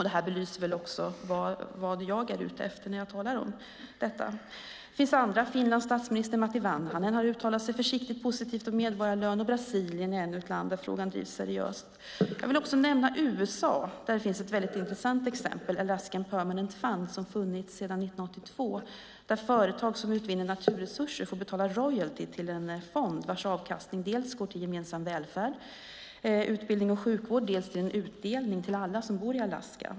Det belyser också vad jag är ute efter när jag talar om detta. Det finns andra förslag. Finlands tidigare statsminister Matti Vanhanen har uttalat sig försiktigt positivt om medborgarlön, och Brasilien är ännu ett land där frågan drivs seriöst. Jag vill också nämna USA. Där finns ett väldigt intressant exempel, Alaskan Permanent Fund som funnits sedan 1982, där företag som utvinner naturresurser får betala royalty till en fond vars avkastning går dels till gemensam välfärd, utbildning och sjukvård, dels till en utdelning till alla som bor i Alaska.